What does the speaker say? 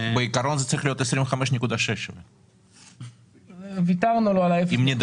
בעיקרון זה צריך להיות 25.6. אם נדייק.